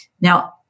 Now